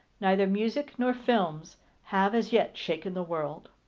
neither music nor films have as yet shaken the world.